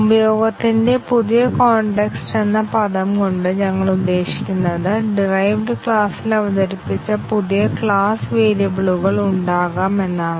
ഉപയോഗത്തിന്റെ പുതിയ കോൺടെക്സ്റ്റ് എന്ന പദം കൊണ്ട് ഞങ്ങൾ ഉദ്ദേശിക്കുന്നത് ഡിറൈവ്ഡ് ക്ലാസിൽ അവതരിപ്പിച്ച പുതിയ ക്ലാസ് വേരിയബിളുകൾ ഉണ്ടാകാം എന്നാണ്